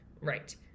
Right